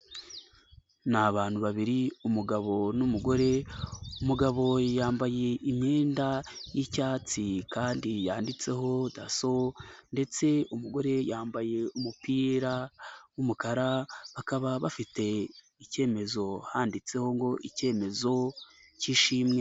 Ni abantu babiri umugabo n'umugore, umugabo yambaye imyenda y'icyatsi kandi yanditseho Daso ndetse umugore yambaye umupira w'umukara bakaba bafite icyemezo handitseho ngo ikemezo k'ishimwe.